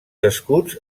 escuts